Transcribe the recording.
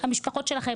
שהמספר שלהם